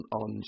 on